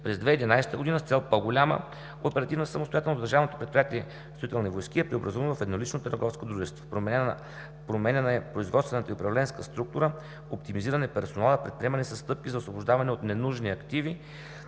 предприятие „Строителни войски“ е преобразувано в еднолично търговско дружество. Променяна е производствената и управленска структура, оптимизиран е персоналът, предприемани са стъпки за освобождаване от ненужни активи,